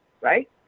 right